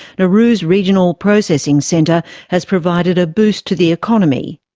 nauru's regional processing centre has provided a boost to the economy.